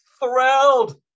thrilled